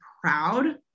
proud